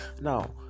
Now